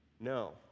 No